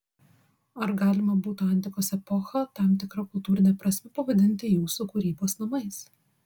ar galima būtų antikos epochą tam tikra kultūrine prasme pavadinti jūsų kūrybos namais